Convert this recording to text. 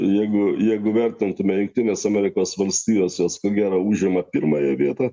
jeigu jeigu vertintume jungtines amerikos valstijas jos ko gero užima pirmąją vietą